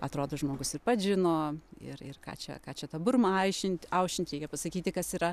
atrodo žmogus ir pats žino ir ir ką čia ką čia tą burmą aišint aušinti jie pasakyti kas yra